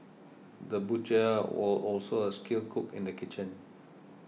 the butcher was also a skilled cook in the kitchen